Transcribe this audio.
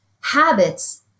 Habits